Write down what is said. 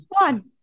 one